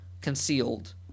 concealed